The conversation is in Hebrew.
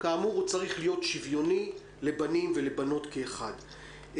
כאמור הוא צריך להיות שוויוני לבנים ולבנות כאחד.